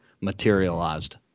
materialized